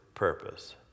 Purpose